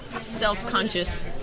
self-conscious